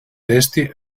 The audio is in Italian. testi